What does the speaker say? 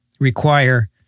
require